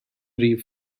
rif